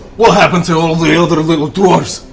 what happened to all the other little dwarves?